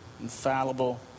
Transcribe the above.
infallible